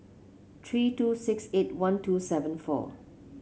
three two six eight one two seven four